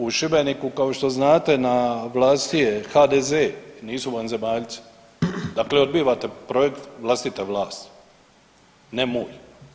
U Šibeniku kao što znate na vlasti je HDZ, nisu vanzemaljci, dakle odbivate projekt vlastite vlasti, ne moj.